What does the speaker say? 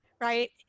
right